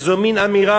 איזו מין אמירה,